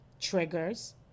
triggers